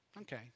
Okay